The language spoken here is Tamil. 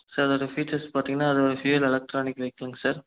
சார் அதோட ஃபீச்சர்ஸ் பார்த்தீங்கன்னா அது ஒரு ஃபியூயல் எலக்ட்ரானிக் பைக்குங்க சார்